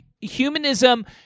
humanism